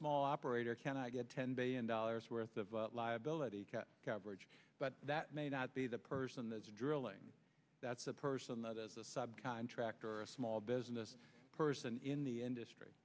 small operator cannot get ten billion dollars worth of liability coverage but that may not be the person that's drilling that's a person that is a subcontractor or a small business person in the industry